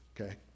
Okay